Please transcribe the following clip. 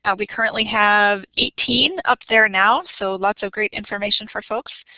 ah we currently have eighteen up there now so lots of great information for folks.